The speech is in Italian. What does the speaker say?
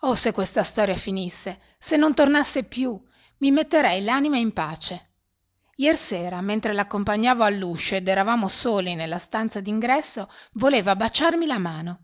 oh se questa storia finisse se non tornasse più i metterei l'anima in pace iersera mentre l'accompagnavo all'uscio ed eravamo soli nella stanza d'ingresso voleva baciarmi la mano